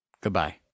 Goodbye